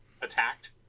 attacked